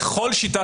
בכל שיטת משפט.